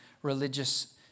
religious